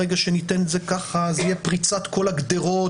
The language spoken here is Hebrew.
ברגע שניתן את זה כך זו תהיה פריצת כל הגדרות,